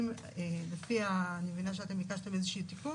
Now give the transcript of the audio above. אני מבינה שביקשתם איזה שהוא תיקון